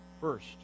first